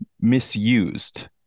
misused